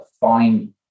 find